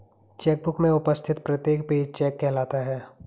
check book में उपस्थित प्रत्येक पेज चेक कहलाता है